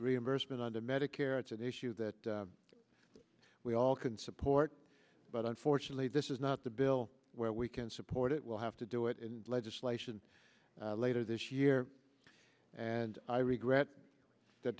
reimbursement under medicare it's an issue that we all can support but unfortunately this is not the bill where we can support it will have to do it in legislation later this year and i regret that